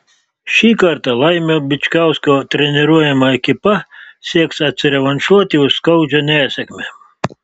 šį kartą laimio bičkausko treniruojama ekipa sieks atsirevanšuoti už skaudžią nesėkmę